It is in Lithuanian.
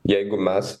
jeigu mes